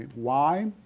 why?